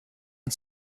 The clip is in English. and